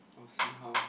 I will see how